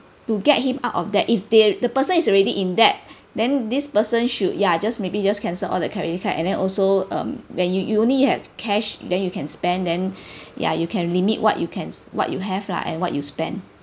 to get him out of debt if there the person is already in debt then this person should ya just maybe just cancel all the credit card and then also um when you you only have cash then you can spend then ya you can limit what you can what you have lah and what you spend